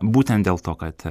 būtent dėl to kad